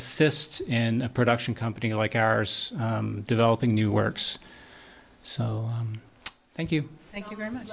assist in a production company like ours developing new works so thank you thank you very much